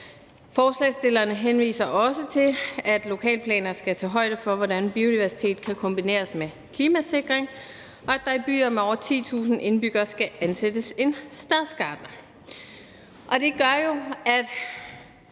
Forslagsstillerne henviser også til, at lokalplaner skal tage højde for, hvordan biodiversitet kan kombineres med klimasikring, og at der i byer med over 10.000 indbyggere skal ansættes en stadsgartner.